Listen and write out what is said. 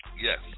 Yes